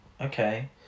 Okay